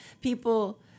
people